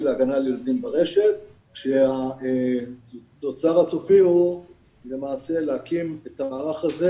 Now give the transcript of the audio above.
להגנה על ילדים ברשת והתוצר הסופי הוא הקמת המערך הזה